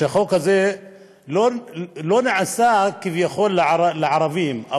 שהחוק הזה לא נעשה כביכול לערבים,